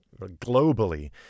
Globally